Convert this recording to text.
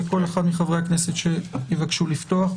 וכל אחד מחברי הכנסת שיבקשו לפתוח,